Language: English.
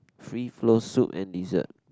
free flow soup and dessert